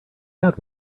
had